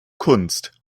kunst